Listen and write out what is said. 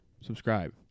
Subscribe